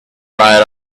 dried